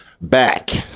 back